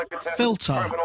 filter